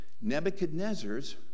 Nebuchadnezzar's